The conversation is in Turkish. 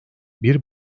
bir